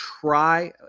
try